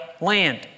land